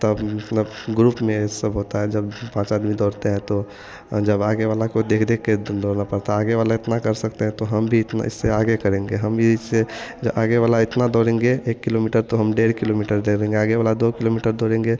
तब मतलब ग्रुप में सब होता है जब पाँच आदमी दौड़ते हैं तो जब आगे वाला को देख देखकर दौड़ना पड़ता है आगे वाले इतना कर सकते हैं तो हम भी इतना इससे आगे करेंगे हम भी इससे जो आगे वाला इतना दौड़ेंगे एक किलोमीटर तो हम डेढ़ किलोमीटर दौड़ेंगे आगे वाला दो किलोमीटर दौड़ेंगे तो